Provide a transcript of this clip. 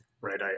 right